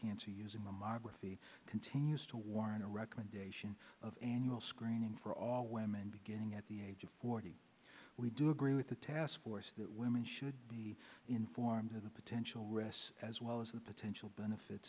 cancer using mammography continues to warrant a recommendation of annual screening for all women beginning at the age of forty we do agree with the task force that women should be informed of the potential risks as well as the potential benefit